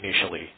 initially